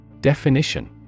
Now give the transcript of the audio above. Definition